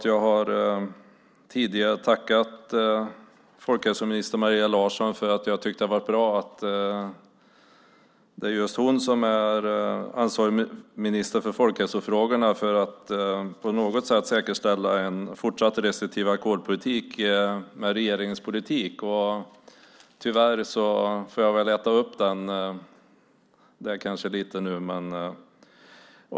Jag har tidigare tackat folkhälsominister Maria Larsson, för jag har tyckt att det har varit bra att det just är hon som är ansvarig minister för folkhälsofrågorna, vilket på något sätt säkerställer en fortsatt restriktiv alkoholpolitik i regeringens politik. Tyvärr får jag väl äta upp det nu.